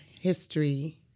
history